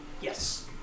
Yes